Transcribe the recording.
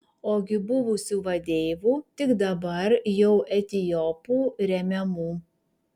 ogi buvusių vadeivų tik dabar jau etiopų remiamų